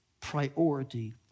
priority